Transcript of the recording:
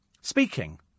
speaking